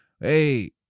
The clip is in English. Hey